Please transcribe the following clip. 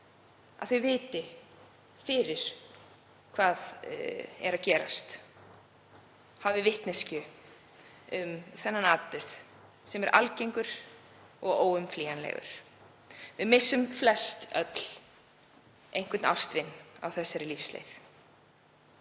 að þau viti hvað er að gerast, hafi vitneskju um þennan atburð sem er algengur og óumflýjanlegur. Við missum flestöll einhvern ástvin á lífsleiðinni.